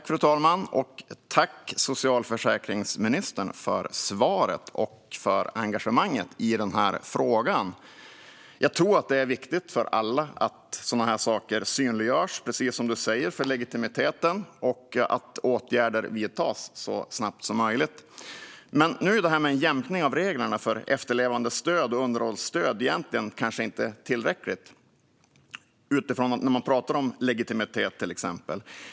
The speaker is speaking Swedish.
Fru talman! Tack, socialförsäkringsministern, för svaret och för engagemanget i den här frågan! Jag tror att det är viktigt för alla att sådana här saker, precis som du säger, synliggörs för legitimitetens skull och att åtgärder vidtas så snabbt som möjligt. Nu är det här med en jämkning av reglerna för efterlevandestöd och underhållsstöd egentligen inte tillräckligt när det gäller legitimiteten till exempel.